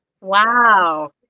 Wow